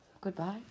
Goodbye